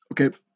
Okay